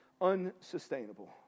unsustainable